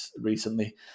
recently